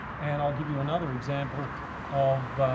and i'll give you another example of